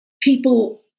people